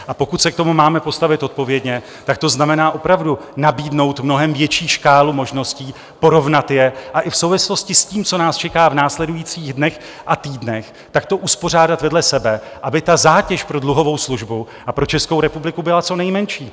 A pokud se k tomu máme postavit odpovědně, tak to znamená opravdu nabídnout mnohem větší škálu možností, porovnat je a i v souvislosti s tím, co nás čeká v následujících dnech a týdnech, tak to uspořádat vedle sebe, aby ta zátěž pro dluhovou službu a pro Českou republiku byla co nejmenší.